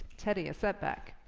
teddy, a setback.